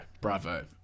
bravo